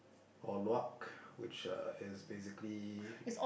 Or-Luak which uh is basically